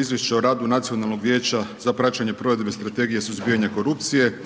Izvješće o radu Nacionalnog vijeća za praćenje provedbe Strategije suzbijanja korupcije